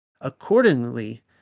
Accordingly